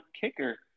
kicker